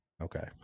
Okay